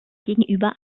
gegenüber